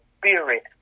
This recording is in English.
spirit